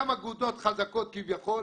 גם אגודות חזקות כביכול,